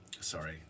sorry